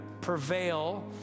prevail